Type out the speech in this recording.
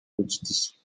which